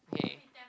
okay